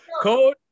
Code